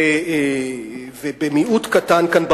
בכנסת ומיעוט קטן כאן,